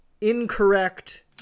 incorrect